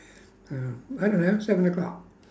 uh I don't know seven o'clock